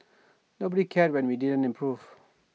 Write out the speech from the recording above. nobody cared when we didn't improve